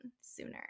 sooner